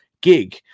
gig